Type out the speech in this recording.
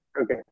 Okay